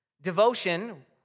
Devotion